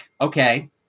okay